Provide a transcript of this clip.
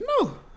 No